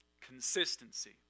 Consistency